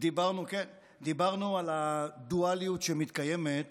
דיברנו על הדואליות שמתקיימת